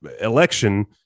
election